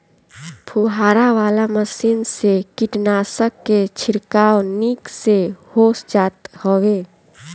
फुहारा वाला मशीन से कीटनाशक के छिड़काव निक से हो जात हवे